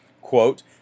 quote